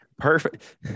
perfect